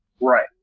Right